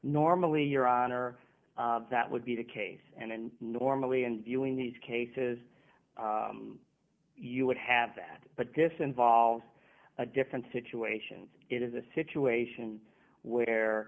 normally your honor that would be the case and normally in viewing these cases you would have that but this involves a different situation it is a situation where